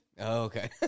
Okay